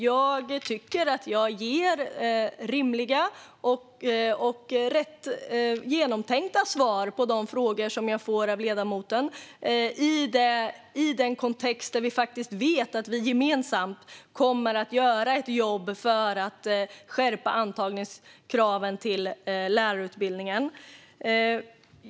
Jag tycker att jag ger rimliga och rätt genomtänkta svar på de frågor som jag får av ledamoten i den kontext där vi faktiskt vet att vi gemensamt kommer att göra ett jobb för att skärpa antagningskraven till lärarutbildningen.